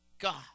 God